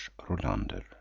Rolander